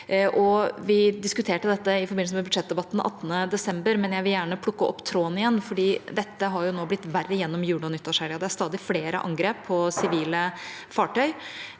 Vi diskuterte dette i forbindelse med budsjettdebatten 18. desember, men jeg vil gjerne plukke opp tråden igjen, for dette har nå blitt verre gjennom jule- og nyttårshelga. Det er stadig flere angrep på sivile fartøy,